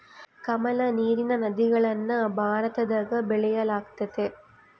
ಕಮಲ, ನೀರಿನ ನೈದಿಲೆಗಳನ್ನ ಭಾರತದಗ ಬೆಳೆಯಲ್ಗತತೆ